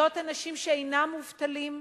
להיות אנשים שאינם מובטלים,